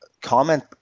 comment